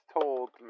told